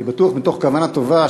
אני בטוח מתוך כוונה טובה,